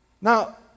Now